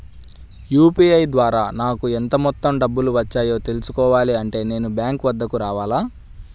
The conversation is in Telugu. యూ.పీ.ఐ ద్వారా నాకు ఎంత మొత్తం డబ్బులు వచ్చాయో తెలుసుకోవాలి అంటే నేను బ్యాంక్ వద్దకు రావాలా?